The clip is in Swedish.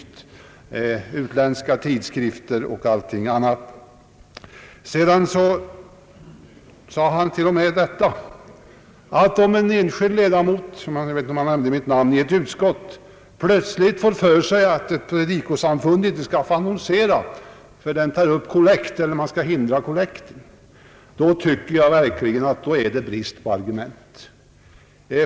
Han nämnde utländska tidskrifter och annat. Sedan sade han till och med att en enskild ledamot — jag vet inte om han nämnde mitt namn — i ett utskott plötsligt kan få för sig, att ett predikosamfund inte skall få annonsera eftersom man vill hindra kollektupptagningen. Här tycker jag verkligen att det råder brist på argument!